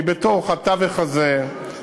כי בתוך התווך הזה,